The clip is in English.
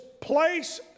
place